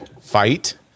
fight